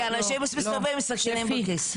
כי אנשים מסתובבים עם סכינים בכיס.